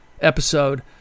episode